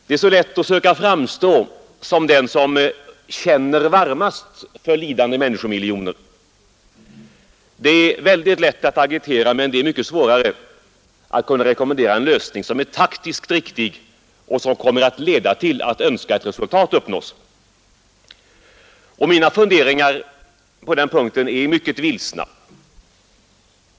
Det är så lätt att söka framstå som den som känner varmast för lidande medmänniskor, Det är väldigt lätt att agitera, men det är mycket svårare att kunna rekommendera en lösning som är taktiskt riktig och som kommer att leda till att önskat resultat uppnås. Mina funderingar på den punkten är mycket vilsna.